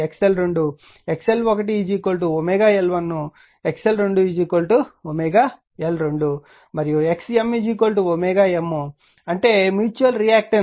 x L1 L1 x L2 L2 మరియు xM M అంటే mutual reactance